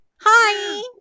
Hi